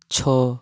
ଛଅ